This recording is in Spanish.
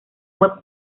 web